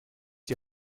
die